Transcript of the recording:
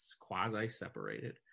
quasi-separated